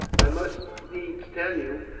i must needs tell you.